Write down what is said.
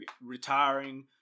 retiring